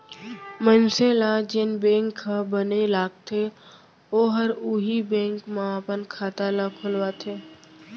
मनसे ल जेन बेंक ह बने लागथे ओहर उहीं बेंक म अपन खाता ल खोलवाथे